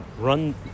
run